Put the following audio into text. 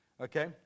okay